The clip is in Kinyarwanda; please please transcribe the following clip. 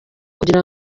kugira